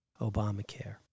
Obamacare